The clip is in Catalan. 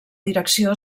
direcció